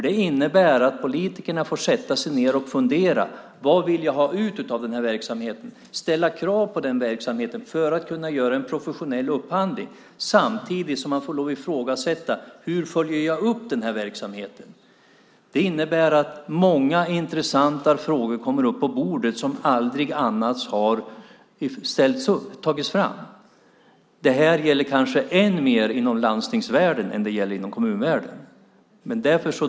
Det innebär att politikerna får sätta sig ned och fundera på vad de vill ha ut av verksamheten. De måste ställa krav på verksamheten för att kunna göra en professionell upphandling. Samtidigt får de lov att ifrågasätta hur de följer upp verksamheten. Det innebär att många intressanta frågor kommer upp på bordet som aldrig annars har tagits fram. Det här gäller kanske ännu mer inom landstingsvärlden än inom kommunvärlden.